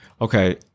okay